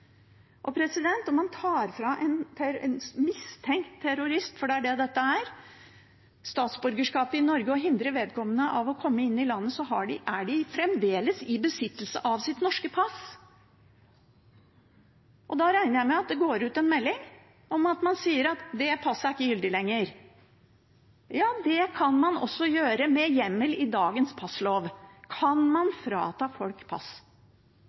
man tar fra en mistenkt terrorist – for det er det dette er – statsborgerskapet i Norge og hindrer vedkommende å komme inn i landet, er de fremdeles i besittelse av sitt norske pass. Da regner jeg med at det går ut en melding der man sier at det passet ikke er gyldig lenger. Ja, det kan man også gjøre. Med hjemmel i dagens passlov kan man frata folk pass.